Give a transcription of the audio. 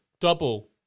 double